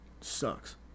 Sucks